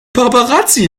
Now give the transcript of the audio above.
paparazzi